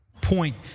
Point